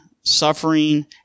suffering